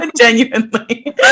Genuinely